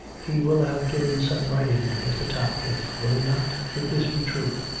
he will have given some writing to mr. topcliffe, will he not if this be true.